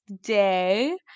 day